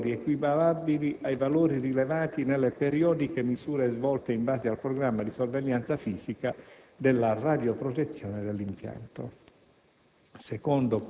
hanno fornito valori equiparabili ai valori rilevati nelle periodiche misure svolte in base al programma di sorveglianza fisica della radioprotezione dell'impianto.